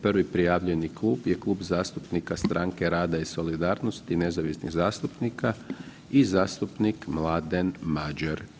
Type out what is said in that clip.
Prvi prijavljeni klub je Klub zastupnika Stranke rada i solidarnosti i nezavisnih zastupnika i zastupnik Mladen Madjer.